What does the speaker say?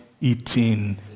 eating